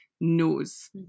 knows